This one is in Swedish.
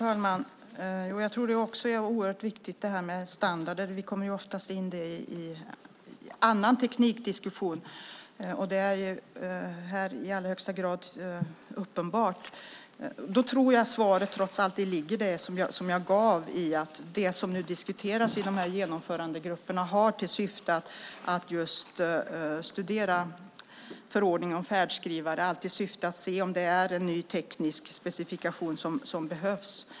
Herr talman! Jag tycker också att det är oerhört viktigt med standarder. Vi kommer ofta in på teknikdiskussioner. I det här fallet är det i allra högsta grad uppenbart. Svaret tror jag trots allt ligger i det som jag sade. Diskussionerna i genomförandegrupperna om förordningen om färdskrivare har till syfte att se om det är en ny teknisk specifikation som behövs.